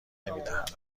نمیدهند